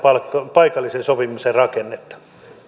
paikallisen sopimisen rakennetta